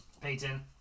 Peyton